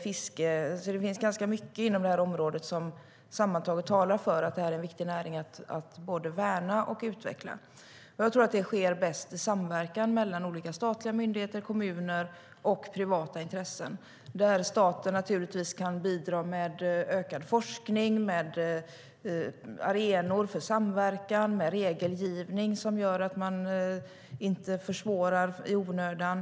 Det finns alltså ganska mycket inom detta område som sammantaget talar för att detta är en viktig näring att både värna och utveckla. Jag tror att det sker bäst i samverkan mellan olika statliga myndigheter, kommuner och privata intressen, där staten naturligtvis kan bidra med ökad forskning, med arenor för samverkan och med regelgivning som gör att man inte försvårar i onödan.